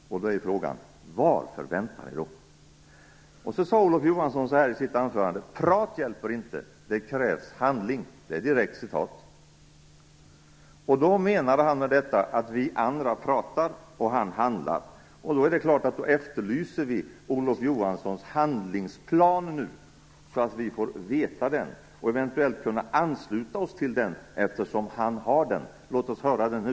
Då är frågan: Varför väntar ni? Olof Johansson sade i sitt anförande: Prat hjälper inte! Det krävs handling! Det är ett direkt citat. Med detta menade han att vi andra pratar, och att han handlar. Då efterlyser vi Olof Johanssons handlingsplan, så att vi får veta den för att eventuellt kunna ansluta oss till den. Låt oss höra den nu!